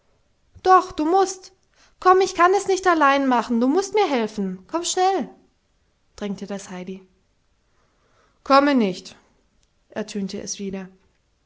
doch du mußt komm ich kann es nicht allein machen du mußt mir helfen komm schnell drängte das heidi komme nicht ertönte es wieder